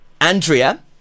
Andrea